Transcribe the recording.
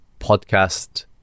podcast